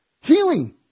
Healing